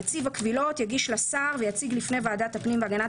נציב הקבילות יגיש לשר ויציג לפני ועדת הפנים והגנת